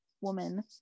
woman